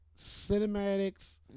cinematics